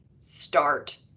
start